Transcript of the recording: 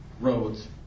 roads